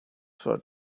for